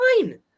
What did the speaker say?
fine